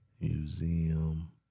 Museum